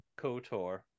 KOTOR